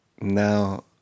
now